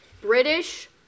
British